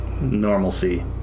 normalcy